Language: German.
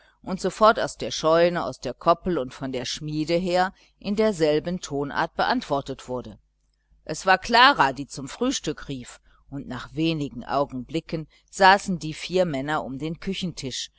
und sofort aus der scheune aus der koppel und von der schmiede her in derselben tonart beantwortet wurde es war klara die zum frühstück rief und nach wenig augenblicken saßen die vier männer um den küchentisch